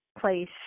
place